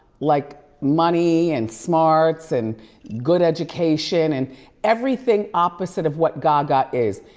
like money and smarts and good education and everything opposite of what gaga is.